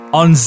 on